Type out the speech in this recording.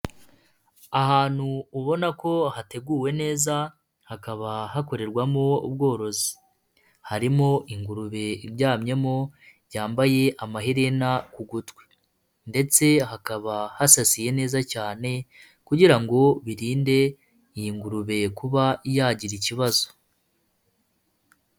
Ahantu ubona ko hateguwe neza hakaba hakorerwamo ubworozi, harimo ingurube iryamyemo yambaye amaherena ku gutwi, ndetse hakaba hasasiye neza cyane, kugira ngo birinde iyi ngurube kuba yagira ikibazo.